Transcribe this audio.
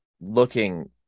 looking